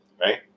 right